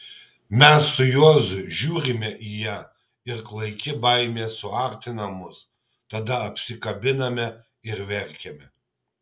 mes su juozu žiūrime į ją ir klaiki baimė suartina mus tada apsikabiname ir verkiame